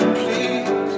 please